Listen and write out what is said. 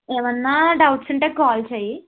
ఏమన్నా డౌట్స్ ఉంటే కాల్ చేయి